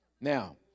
Now